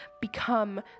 become